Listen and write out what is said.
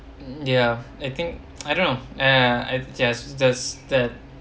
ya I think I don't know uh I just does that